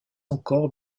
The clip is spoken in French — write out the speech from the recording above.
encore